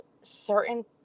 certain